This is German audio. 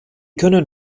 können